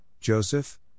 Joseph